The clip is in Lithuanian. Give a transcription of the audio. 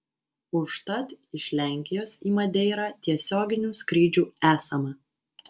užtat iš lenkijos į madeirą tiesioginių skrydžių esama